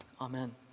Amen